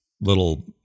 little